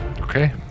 Okay